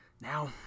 now